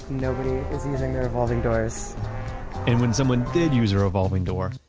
nobody is using the revolving doors and when someone did use a revolving door,